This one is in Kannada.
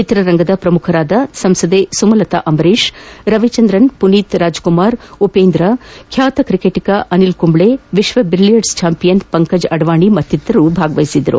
ಚಿತ್ರರಂಗದ ಪ್ರಮುಖರಾದ ಸಂಸದೆ ಸುಮಲತಾ ಅಂಬರೀಷ್ ರವಿಚಂದ್ರನ್ ಪುನೀತ್ ರಾಜ್ಕುಮಾರ್ ಉಪೇಂದ್ರ ಖ್ಯಾತ ಕ್ರಿಕೆಟಗ ಅನಿಲ್ಕುಂಬ್ಹೆ ವಿಶ್ವ ಬಿಲಿಯಡ್ರ್ತ್ ಚಾಂಪಿಯನ್ ಪಂಕಜ್ ಅಡ್ನಾಣಿ ಮತ್ತಿತರರು ಭಾಗವಹಿಸಿದ್ದರು